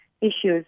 issues